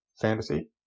fantasy